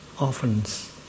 orphans